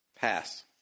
Pass